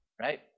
Right